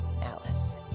Alice